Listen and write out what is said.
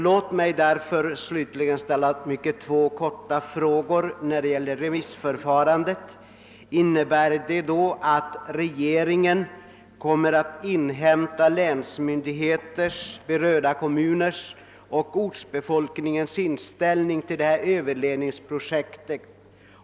Låt mig därför slutligen ställa två mycket korta frågor beträffande remissförfarandet. Innebär detta att regeringen kommer att inhämta länsmyndigheters, berörda kommuners och ortsbefolkningens inställning till överledningsprojektet?